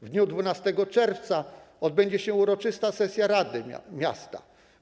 W dniu 12 czerwca odbędzie się uroczysta sesja rady miasta.